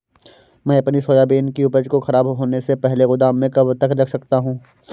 मैं अपनी सोयाबीन की उपज को ख़राब होने से पहले गोदाम में कब तक रख सकता हूँ?